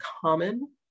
common